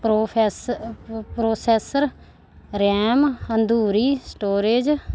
professor processor RAM ਹੰਦੂਰੀ storage